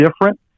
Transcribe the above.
different